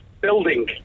Building